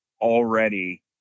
already